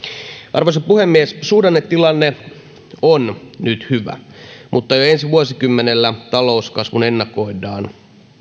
arvoisa puhemies suhdannetilanne on nyt hyvä mutta jo ensi vuosikymmenellä talouskasvun ennakoidaan